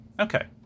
Okay